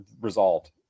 resolved